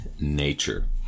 nature